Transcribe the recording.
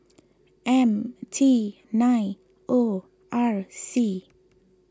M T nine O R C